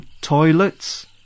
toilets